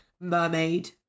mermaid